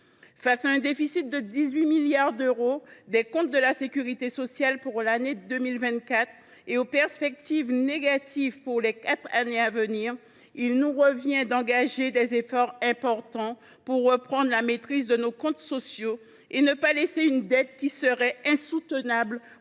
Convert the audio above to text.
Face au déficit de 18 milliards d’euros des comptes de la sécurité sociale pour l’année 2024 et aux perspectives négatives pour les quatre années à venir, il nous revient d’engager des efforts importants pour reprendre la maîtrise de nos comptes sociaux et ne pas laisser aux générations futures une dette qui serait insoutenable.